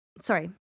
sorry